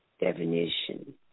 definition